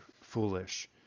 foolish